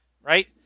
right